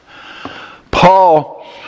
Paul